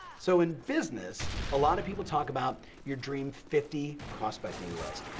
so in business, a lot of people talk about your dream fifty prospecting list,